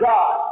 God